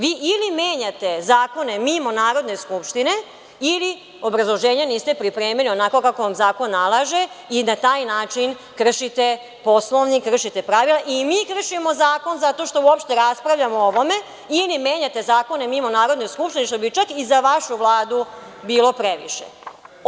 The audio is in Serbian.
Vi ili menjate zakone mimo Narodne skupštine ili obrazloženje niste pripremili niste pripremili onako kako vam zakon nalaže i na taj način kršite Poslovnik, kršite pravila i mi kršimo zato što uopšte raspravljamo o ovome ili menjate zakone mimo Narodne skupštine, što bi čak i za vašu Vladu bilo previše.